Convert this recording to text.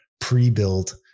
pre-built